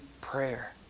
prayer